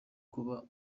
kuba